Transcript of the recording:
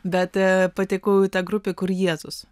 bet patekau į tą grupę kur jėzus